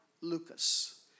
Lucas